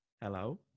Hello